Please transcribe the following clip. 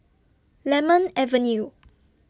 Lemon Avenue